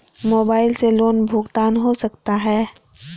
Mobile से loan भुगतान हो सकता है?